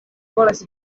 volas